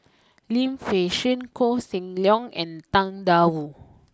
Lim Fei Shen Koh Seng Leong and Tang Da Wu